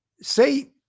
say